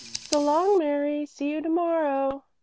so long, mary. see you to-morrow.